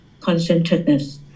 concentratedness